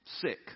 sick